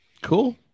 Cool